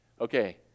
Okay